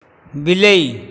ବିଲେଇ